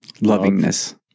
Lovingness